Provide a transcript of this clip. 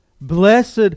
Blessed